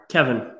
Kevin